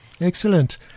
Excellent